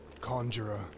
Conjurer